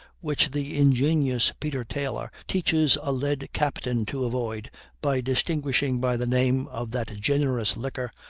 which the ingenious peter taylor teaches a led captain to avoid by distinguishing by the name of that generous liquor,